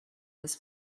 his